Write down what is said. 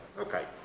Okay